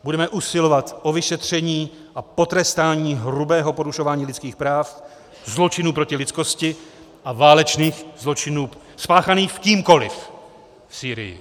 Budeme usilovat o vyšetření a potrestání hrubého porušování lidských práv, zločinů proti lidskosti a válečných zločinů spáchaných kýmkoliv v Sýrii.